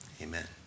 amen